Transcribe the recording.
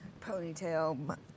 ponytail